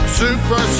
super